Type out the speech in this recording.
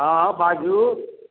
हाँ बाजू